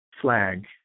flag